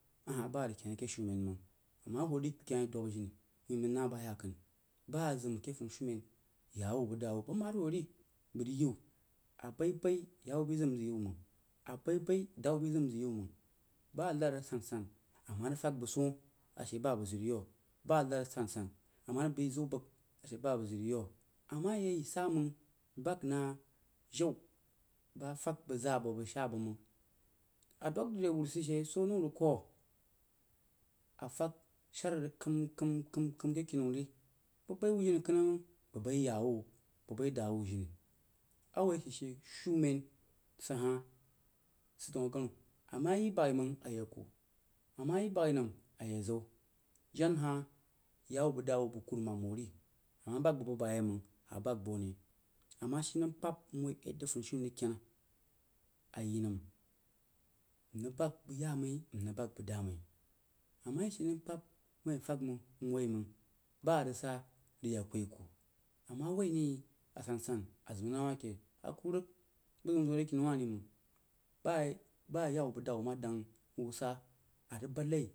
A hah bah rig ken keh shamen məng nma hyoh chi kenna dwab jini myi nrig nah bəg yakən, bah zim keh funidhumen yawu bəg dawu bəg mad wuh ri bək rig yiwuh a bai-bai yawu bai zim nzək yi wu məng, a bai-bai dawu bai zain mək yiwu məng bah nad a san-san ama rig fəd bəg such a she bah bəg zəg rig yiwu bah nad a san-san a ma rig bai ziu bəg a she bah bəg zəg rig yiwu a ma yi asaməng nbək nah jau bah təg bəg zaá bəg bəg shaá bək məng a dwəg ri re wuru a shee soó anau rig kuwo afəg shaar rig kəm-kəm-kəm-kəm re kini wuh ri bəg bai wuh jini kannang məng bəg bai yawu, bəg bai dawu jini, o woi sid she shumen sid hah, sid daun ganuh ma yi bag-i məng nye kuoh, an yi bag-i nəm aye ziu jen-huh yawu bəg dawu man wuh ri ama bak bəg-bəg bayeməng a bak buh ane a ma she nəm pkab mwoi yadda sunishumen rig ken a yi nəm nrig bak bəg yaá mai nrig bak bəg daá moi a ma ye shií nəm pkab wuín a fəg məng nwoi məng bah a rig saí a rig ya kuyi-kuh a ma woi nai ajana san a zim nah wah keh a kuwu rig bəg zeun ziu re penu wah ri məng buh yawu bəg dawu dəng wu saá.